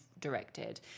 directed